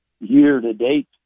year-to-date